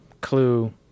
clue